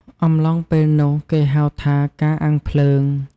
អំឡុងពេលនោះ គេហៅថាការអាំងភ្លើង។